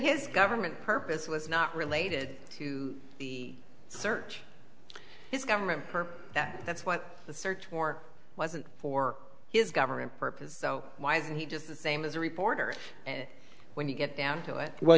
his government purpose was not related to the search his government for that's what the search for wasn't for his government purpose so why isn't he just the same as a reporter when you get down to it well